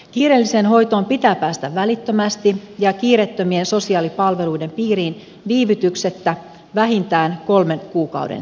kiireelliseen hoitoon pitää päästä välittömästi ja kiireettömien sosiaalipalveluiden piiriin viivytyksettä vähintään kolmen kuukauden sisällä